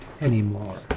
anymore